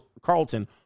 Carlton